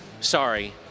Sorry